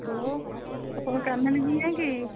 hello ଆପଣ କାମିନୀ ଭୁୟାଁ କି